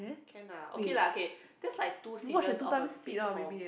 can ah okay lah K that's like two seasons of a sitcom